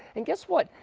and guess what?